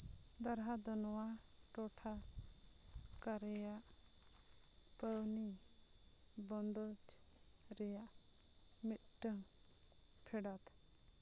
ᱫᱟᱨᱦᱟ ᱫᱚ ᱱᱚᱣᱟ ᱴᱚᱴᱷᱟ ᱠᱚᱨᱮᱭᱟᱜ ᱯᱟᱹᱣᱱᱤᱡᱽ ᱵᱚᱱᱫᱚᱡᱽ ᱨᱮᱭᱟᱜ ᱢᱤᱫᱴᱟᱹᱝ ᱯᱷᱮᱰᱟᱛ